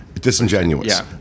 disingenuous